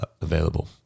available